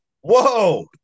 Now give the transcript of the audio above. Whoa